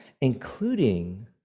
including